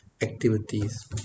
activities